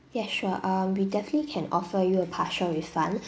yeah sure um we definitely can offer you a partial refund